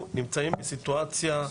תהיה איזו החלטה שתהיה,